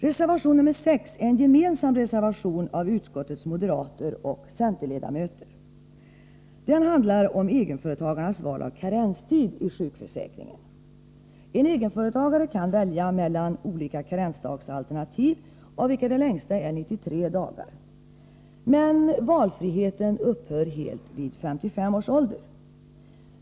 Reservation nr 6 är en gemensam reservation av utskottets moderater och centerledamöter. Den handlar om egenföretagarnas val av karenstid i sjukförsäkringen. En egenföretagare kan välja mellan olika karensdagsalternativ, av vilka det längsta är 93 dagar. Men valfriheten upphör helt vid 55 års ålder.